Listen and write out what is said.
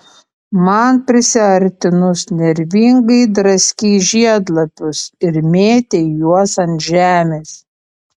man prisiartinus nervingai draskei žiedlapius ir mėtei juos ant žemės